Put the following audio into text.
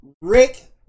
Rick